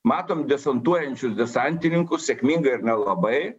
matom desantuojančius desantininkus sėkmingai ar nelabai